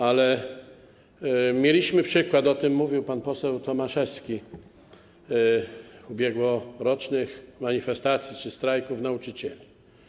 Ale mieliśmy przykład, o tym mówił pan poseł Tomaszewski, ubiegłorocznych manifestacji czy strajków nauczycieli.